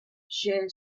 share